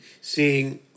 seeing